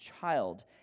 child